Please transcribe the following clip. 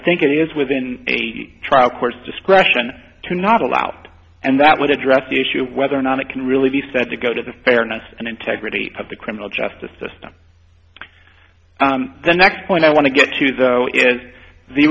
think it is within a trial court's discretion to not allow and that would address the issue whether or not it can really be said to go to the fairness and integrity of the criminal justice system the next point i want to get to though is the